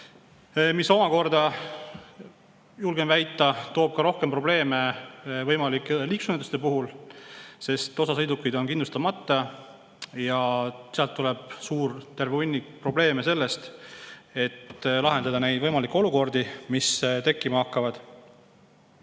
See omakorda, julgen väita, toob rohkem probleeme võimalike liiklusõnnetuste puhul, sest osa sõidukeid on kindlustamata. Ja siis tuleb suur hunnik probleeme sellest, et [tuleb] lahendada neid võimalikke olukordi, mis tekkima hakkavad.